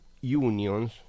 unions